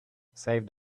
saved